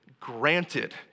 granted